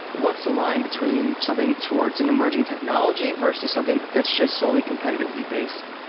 what's the line between something towards an emerging technology versus something that's just solely competitively based,